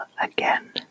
again